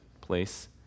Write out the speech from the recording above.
place